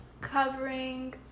covering